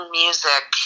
music